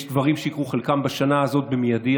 יש דברים שיקרו, חלקם בשנה הזאת, במיידי.